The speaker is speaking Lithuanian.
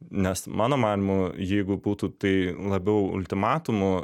nes mano manymu jeigu būtų tai labiau ultimatumu